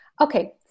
Okay